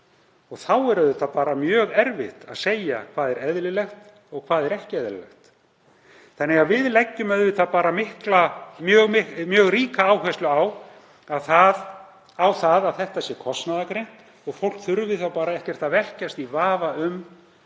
Þá er auðvitað bara mjög erfitt að segja hvað er eðlilegt og hvað er ekki eðlilegt. Þannig að við leggjum auðvitað bara mjög ríka áherslu á að þetta sé kostnaðargreint og fólk þurfi bara ekkert að velkjast í vafa um hvað